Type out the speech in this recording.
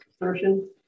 assertion